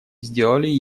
сделали